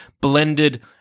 blended